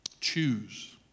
Choose